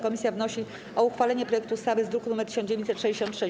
Komisja wnosi o uchwalenie projektu ustawy z druku nr 1966.